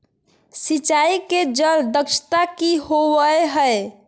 सिंचाई के जल दक्षता कि होवय हैय?